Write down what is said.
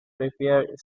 prepare